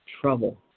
trouble